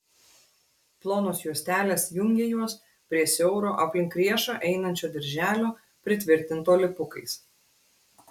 plonos juostelės jungė juos prie siauro aplink riešą einančio dirželio pritvirtinto lipukais